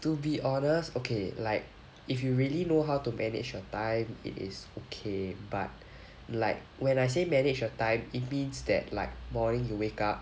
to be honest okay like if you really know how to manage your time it is okay but like when I say manage your time it means that like morning you wake up